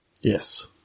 Yes